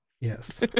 Yes